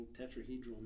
tetrahedral